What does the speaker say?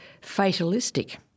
fatalistic